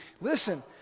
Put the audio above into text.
Listen